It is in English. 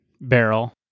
barrel